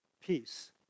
peace